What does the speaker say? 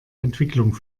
entwicklung